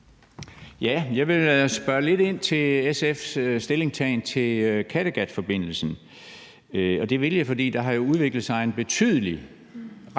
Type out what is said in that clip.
Jeg vil spørge lidt ind til SF's stillingtagen til Kattegatforbindelsen. Det vil jeg, fordi der jo har udviklet sig en ret betydelig modstand